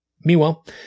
Meanwhile